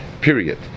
period